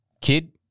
kid